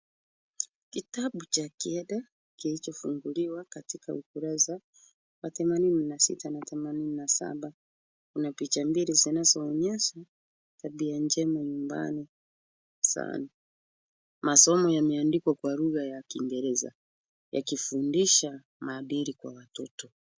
Kitabu cha mbele kilichofunguliwa katika ukuerasa wa themanini na sita na themanini na saba. Kuna picha mbili zinazoonyesha tabia njema nyumbani san. Masomo yameandikwa kwa lugha ya Kiingereza, yakifundisha maadili kwa watoto.